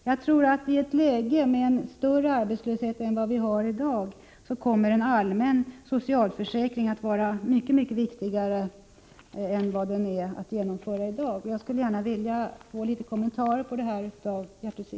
Jag tror att en allmän socialförsäkring kommer att vara mycket viktigare i ett läge med en större arbetslöshet än vad vi har i dag än vad den skulle vara nu. Jag skulle vilja ha kommentarer till detta av Gertrud Sigurdsen.